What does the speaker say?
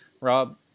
Rob